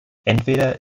entweder